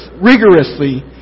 rigorously